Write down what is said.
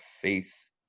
faith